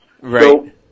Right